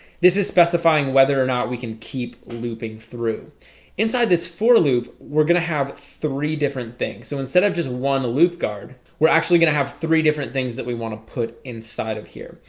this is specifying whether or not we can keep looping through inside this for loop we're gonna have three different things. so instead of just one loop guard we're actually gonna have three different things that we want to put inside of here.